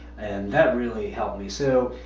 and that really helped me. so,